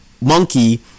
monkey